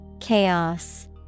Chaos